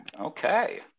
Okay